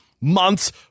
months